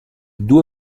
due